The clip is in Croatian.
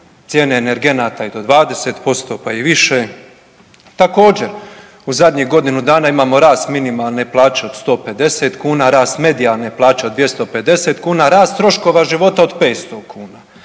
cijene energenata i do 20% pa i više, također, u zadnjih godinu dana imamo rast minimalne plaće od 150 kuna, rast medijalne plaće od 250 kuna, rast troškova života od 500 kuna.